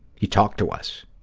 he talked to us,